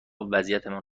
وضعیتمان